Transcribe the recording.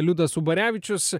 liudas ubarevičius